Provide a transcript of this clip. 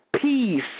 Peace